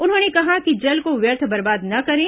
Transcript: उन्होंने कहा कि जल को व्यर्थ बर्बाद न करें